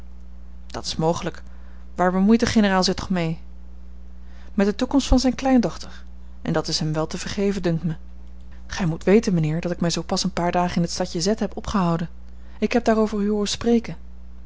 dat is mogelijk waar bemoeit de generaal zich toch mee met de toekomst van zijne kleindochter en dat is hem wel te vergeven dunkt mij gij moet weten mijnheer dat ik mij zoo pas een paar dagen in het stadje z heb opgehouden ik heb daar over u hooren spreken